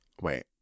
Wait